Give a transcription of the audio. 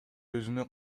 өзүнө